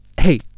hey